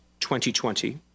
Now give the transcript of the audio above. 2020